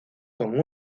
con